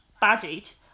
budget